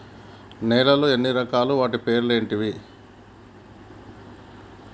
నేలలు ఎన్ని రకాలు? వాటి పేర్లు ఏంటివి?